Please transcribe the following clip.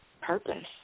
purpose